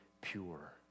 pure